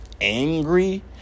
angry